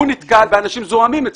הוא נתקל באנשים זועמים אצלו.